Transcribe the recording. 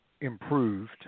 improved